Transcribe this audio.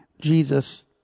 Jesus